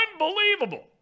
unbelievable